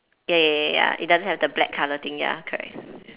ya ya ya ya it doesn't have the black colour thing ya correct